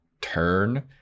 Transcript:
turn